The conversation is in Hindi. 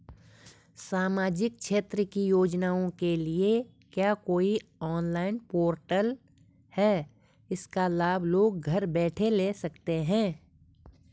सामाजिक क्षेत्र की योजनाओं के लिए क्या कोई ऑनलाइन पोर्टल है इसका लाभ लोग घर बैठे ले सकते हैं?